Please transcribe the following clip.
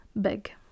big